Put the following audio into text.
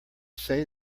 say